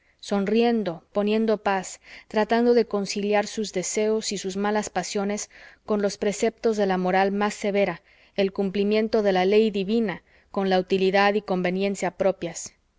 sonriendo poniendo paz tratando de conciliar sus deseos y sus malas pasiones con los preceptos de la moral más severa el cumplimiento de la ley divina con la utilidad y conveniencia propias